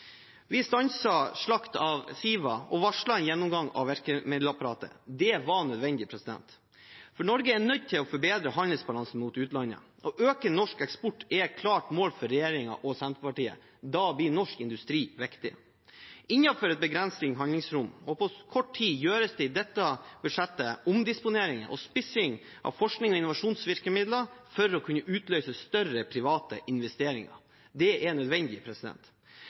Vi stanset slakt av SIVA og varslet en gjennomgang av virkemiddelapparatet. Det var nødvendig, for Norge er nødt til å forbedre handelsbalansen mot utlandet. Å øke norsk eksport er et klart mål for regjeringen og Senterpartiet. Da blir norsk industri viktig. Innenfor et begrenset handlingsrom og på kort tid gjøres det i dette budsjettet omdisponeringer og spissing av forsknings- og innovasjonsvirkemidler for å kunne utløse større private investeringer. Det er nødvendig.